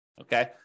okay